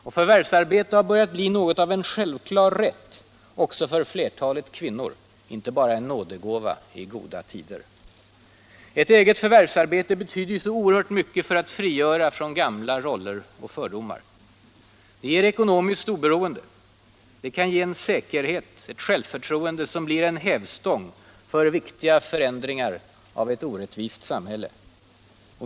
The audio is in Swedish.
Och förvärvsarbete har börjat bli något av en självklar rätt också för flertalet kvinnor, inte bara en nådegåva i goda tider. Ett eget förvärvsarbete betyder så oerhört mycket för att frigöra från gamla roller och fördomar. Det ger ekonomiskt oberoende, det kan ge en säkerhet och ett självförtroende som blir en hävstång för viktiga förändringar i ett orättvist samhälle.